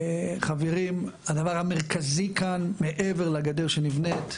חברים, הדבר המרכזי כאן מעבר לגדר שנבנית,